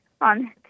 on